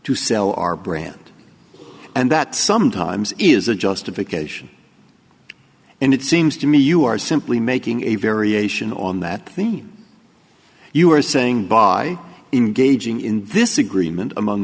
to sell our brand and that sometimes is a justification and it seems to me you are simply making a variation on that theme you are saying by engaging in this agreement among